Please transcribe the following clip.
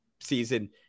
season